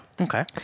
Okay